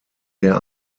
der